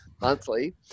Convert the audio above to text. monthly